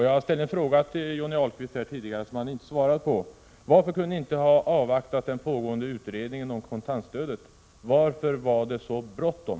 Jag ställde en fråga till Johnny Ahlqvist tidigare, som han inte svarade på: Varför kunde ni inte ha avvaktat den pågående utredningen om kontantstödet — varför var det så bråttom?